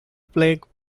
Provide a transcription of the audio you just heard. plaque